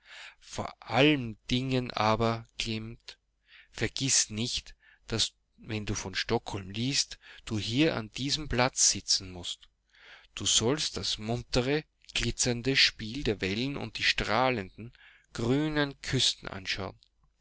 vor allen dingen aber klemmt vergiß nicht daß wenn du von stockholm liest du hier an diesem platz sitzen mußt du sollst das muntere glitzernde spiel der wellen und die strahlenden grünen